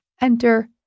Enter